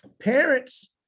Parents